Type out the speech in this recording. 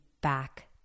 back